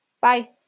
Bye